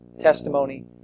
testimony